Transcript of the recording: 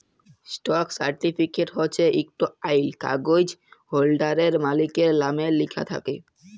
stock certificate হছে ইকট আইল কাগ্যইজ হোল্ডারের, মালিকের লামে লিখ্যা থ্যাকে